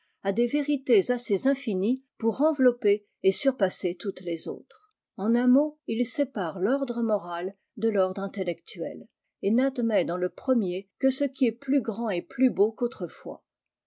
à des vérités assez infinies pour envelopper et surpasser toutes les autres en un mot il sépare l'ordre moral de l'ordre intellectuel et n'admet dans le premier que ce qui est plus grand et plus beau qu'autrefois